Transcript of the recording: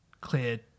clear